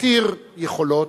עתיר יכולות,